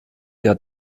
der